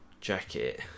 jacket